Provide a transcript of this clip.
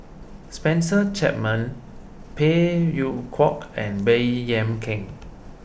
Spencer Chapman Phey Yew Kok and Baey Yam Keng